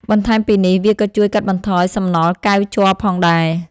បន្ថែមពីនេះ វាក៏ជួយកាត់បន្ថយសំណល់កែវជ័រផងដែរ។